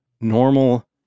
normal